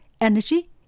energy